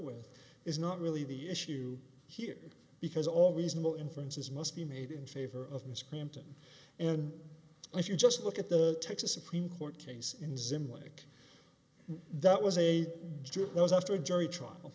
with is not really the issue here because all reasonable inferences must be made in favor of mr clinton and if you just look at the texas supreme court case in zim like that was a jew it was after a jury trial